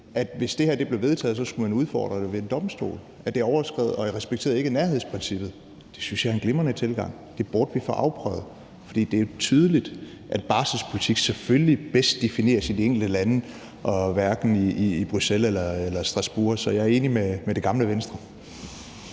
at hvis det her blev vedtaget, skulle man udfordre det ved en domstol, fordi det overskred og ikke respekterede nærhedsprincippet. Det synes jeg er en glimrende tilgang. Det burde vi få afprøvet, for det er jo tydeligt, at barselspolitik selvfølgelig defineres bedst i de enkelte lande og hverken i Bruxelles eller i Strasbourg. Så jeg er enig med det gamle Venstre.